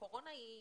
הקורונה היא